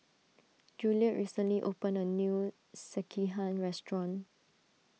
Juliette recently opened a new Sekihan restaurant